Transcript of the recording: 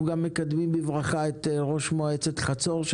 אנחנו מקדמים בברכה את ראש מועצת חצור.